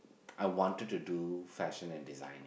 I wanted to do fashion and design